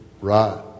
right